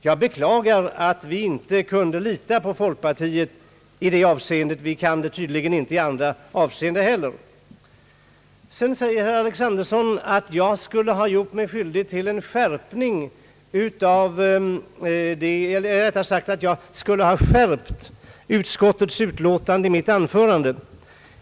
Jag beklagar att vi inte kunde lita på folkpartiet i detta avseende — vi kan tydligen inte göra det i andra avseenden heller! Herr Alexanderson sade vidare, att jag i mitt anförande skulle ha skärpt utskottsutlåtandet.